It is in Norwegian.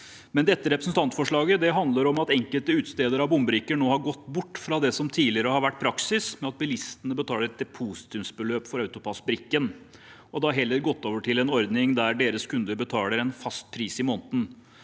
det. Dette representantforslaget handler om at enkelte utstedere av bompengebrikker har gått bort fra det som tidligere har vært praksis, med at bilistene betaler et depositumsbeløp for AutoPASS-brikken, og heller har gått over til en ordning der deres kunder betaler en fast pris i måneden.